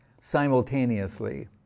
simultaneously